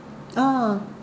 ah